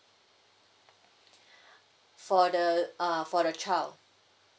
for the uh for the child